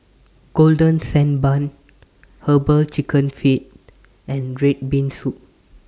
Golden Sand Bun Herbal Chicken Feet and Red Bean Soup